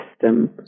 system